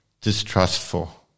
distrustful